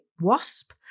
WASP